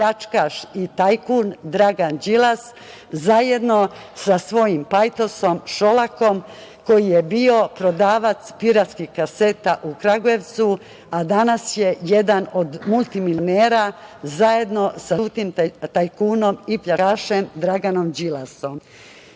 pljačkaš i tajkun Dragan Đilas, zajedno sa svojim pajtosom Šolakom, koji je bio prodavac piratskih kaseta u Kragujevcu, a danas je jedan od multimilionera, zajedno sa žutim tajkunom i pljačkašem Draganom Đilasom. Želim